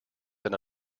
than